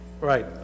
Right